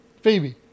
Phoebe